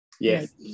Yes